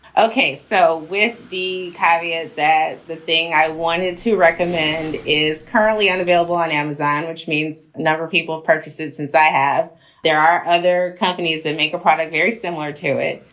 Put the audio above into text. ok. so with the caveat that the thing i wanted to recommend is currently unavailable on amazon, which means no people purchase it since i have there are other companies that make a product very similar to it.